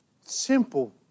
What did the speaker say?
simple